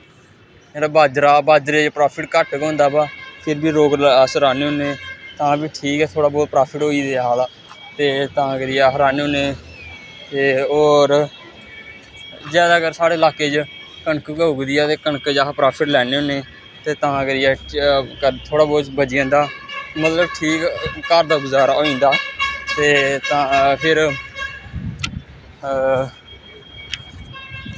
जेह्ड़ा बाजरा बाजरे च प्राफिट घट्ट गै होंदा ऐ बो फिर बी लोग अस राह्न्ने होन्ने तां बी ठीक ऐ थोह्ड़ा बोह्त प्राफिट होई जा दा ते तां करियै अस राह्न्ने होन्ने ते होर जैदातर साढ़े लाके च कनक गै उगदी ऐ ते कनक च अस प्राफिट लैन्ने होन्ने ते तां करियै च कर थोह्ड़ा बोह्त बची जंदा मतलब ठीक घर दा गुजारा होई जंदा ते तां फिर